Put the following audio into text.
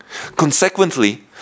Consequently